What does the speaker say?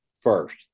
first